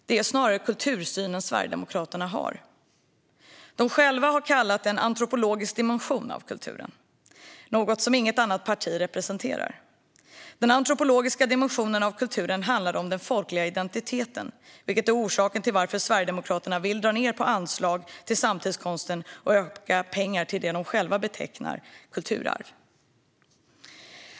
Det är snarare Sverigedemokraternas kultursyn. De har själva kallat den en antropologisk dimension av kulturen, något som inget annat parti representerar. Den antropologiska dimensionen av kulturen handlar om den folkliga identiteten, vilket är orsaken till att Sverigedemokraterna vill dra ned på anslag till samtidskonsten och öka pengar till det som de själva betecknar som kulturarv.